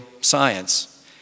science